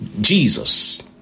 Jesus